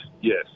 yes